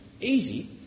easy